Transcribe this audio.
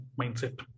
mindset